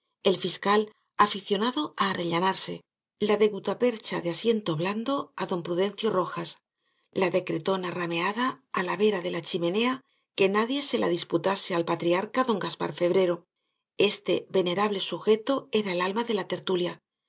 el fiscal aficionado á arrellanarse la de gutapercha de asiento blando á don prudencio rojas la de cretona rameada á la vera de la chimenea que nadie se la disputase al patriarca don gaspar febrero este venerable sujeto era el alma de la tertulia